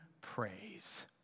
praise